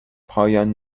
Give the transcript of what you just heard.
پایان